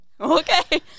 Okay